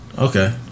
Okay